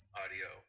audio